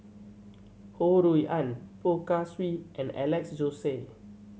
Ho Rui An Poh Kay Swee and Alex Josey